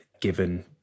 given